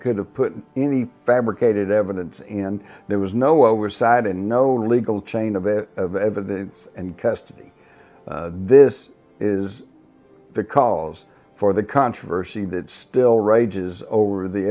could have put any fabricated evidence and there was no oversight and no legal chain of it of evidence and custody this is because for the controversy that still rages over the